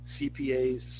CPAs